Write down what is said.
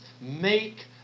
make